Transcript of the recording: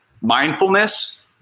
mindfulness